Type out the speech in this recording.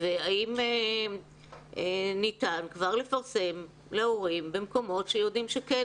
האם ניתן כבר לפרסם להורים במקומות שיודעים שכן